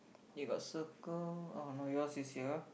they got circle oh no yours is here